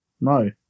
No